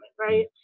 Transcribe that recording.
Right